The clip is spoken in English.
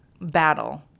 battle